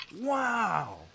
Wow